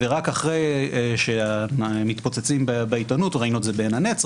רק אחרי שמתפוצצים בעיתונות ראינו את זה בעין הנץ,